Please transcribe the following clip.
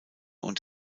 und